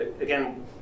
Again